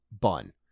bun